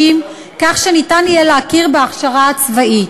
כך שיהיה אפשר להכיר בהכשרה הצבאית.